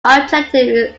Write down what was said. objective